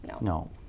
No